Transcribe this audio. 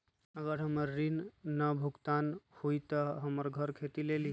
अगर हमर ऋण न भुगतान हुई त हमर घर खेती लेली?